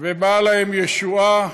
ובאה להם ישועה,